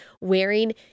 wearing